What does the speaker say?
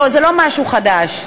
זה לא משהו חדש.